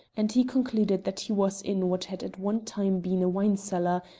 and he concluded that he was in what had at one time been a wine-cellar,